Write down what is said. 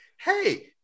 Hey